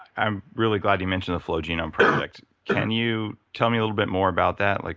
i'm really glad you mentioned the flow genome project. can you tell me a little bit more about that? like